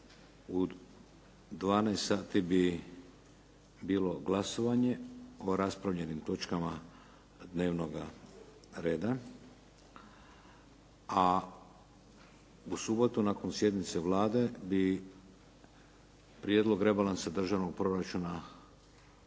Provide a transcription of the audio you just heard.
U 12 sati bi bilo glasovanje o raspravljenim točkama dnevnoga reda a u subotu nakon sjednice Vlade bi Prijedlog rebalansa državnog proračuna